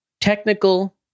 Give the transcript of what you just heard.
Technical